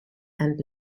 and